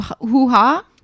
hoo-ha